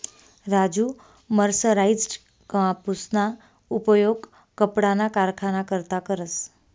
Raju mercerized कापूसना उपयोग कपडाना कारखाना करता करस